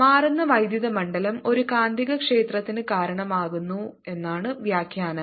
മാറുന്ന വൈദ്യുത മണ്ഡലം ഒരു കാന്തികക്ഷേത്രത്തിന് കാരണമാകുമെന്നാണ് വ്യാഖ്യാനം